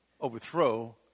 overthrow